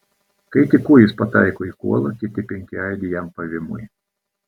kai tik kūjis pataiko į kuolą kiti penki aidi jam pavymui